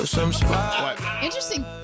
Interesting